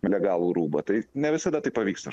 legalų rūbą tai ne visada tai pavyksta